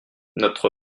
notre